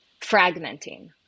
fragmenting